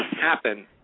happen